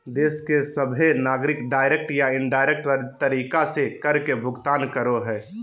देश के सभहे नागरिक डायरेक्ट या इनडायरेक्ट तरीका से कर के भुगतान करो हय